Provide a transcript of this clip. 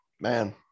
man